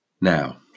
Now